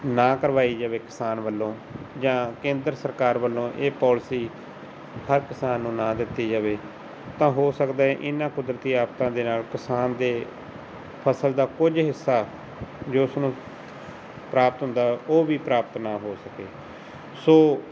ਨਾ ਕਰਵਾਈ ਜਾਵੇ ਕਿਸਾਨ ਵੱਲੋਂ ਜਾਂ ਕੇਂਦਰ ਸਰਕਾਰ ਵੱਲੋਂ ਇਹ ਪੋਲਸੀ ਹਰ ਕਿਸਾਨ ਨੂੰ ਨਾ ਦਿੱਤੀ ਜਾਵੇ ਤਾਂ ਹੋ ਸਕਦਾ ਇਹਨਾਂ ਕੁਦਰਤੀ ਆਫ਼ਤਾਂ ਦੇ ਨਾਲ ਕਿਸਾਨ ਦੇ ਫ਼ਸਲ ਦਾ ਕੁਝ ਹਿੱਸਾ ਜੋ ਉਸਨੂੰ ਪ੍ਰਾਪਤ ਹੁੰਦਾ ਹੈ ਉਹ ਵੀ ਪ੍ਰਾਪਤ ਨਾ ਹੋ ਸਕੇ ਸੋ